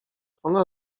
ona